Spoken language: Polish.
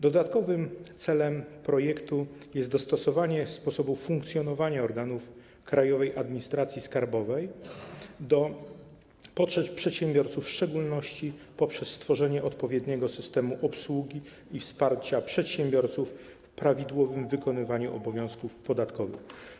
Dodatkowym celem projektu jest dostosowanie sposobu funkcjonowania organów Krajowej Administracji Skarbowej do potrzeb przedsiębiorców, w szczególności poprzez stworzenie odpowiedniego systemu obsługi i wsparcia przedsiębiorców w prawidłowym wykonywaniu obowiązków podatkowych.